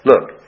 Look